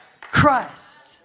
Christ